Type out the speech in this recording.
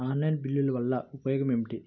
Online బిల్లుల వల్ల ఉపయోగమేమిటీ?